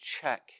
check